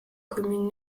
commune